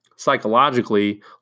psychologically